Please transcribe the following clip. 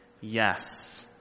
Yes